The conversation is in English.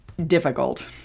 Difficult